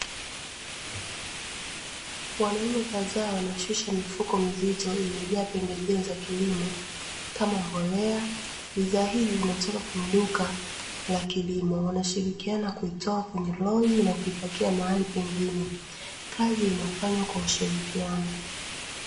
Wanaume kadhaa wanashusha mifuko mizito iliyojaa pembejeo za kilimo kama mbolea, bidhaa hizi zinatoka kwenye duka la kilimo, wanashirikiana kuitoa kwenye lori na kuipakia mahali pengine. Kazi inafanywa kwa ushirikiano.